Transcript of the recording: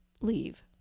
leave